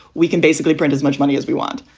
we can basically print as much money as we want.